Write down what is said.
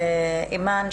אימאן,